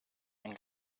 and